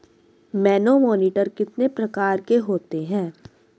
Manometer कितने प्रकार के होते हैं?